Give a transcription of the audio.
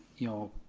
you know,